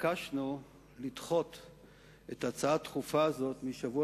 התבקשנו לדחות את ההצעה הדחופה הזאת מהשבוע